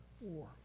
war